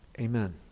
Amen